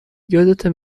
یادته